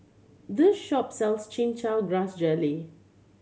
this shop sells Chin Chow Grass Jelly